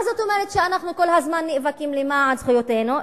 מה זאת אומרת למען זכויותינו?